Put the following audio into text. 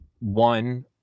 One